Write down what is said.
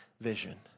vision